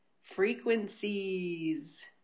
frequencies